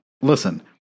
listen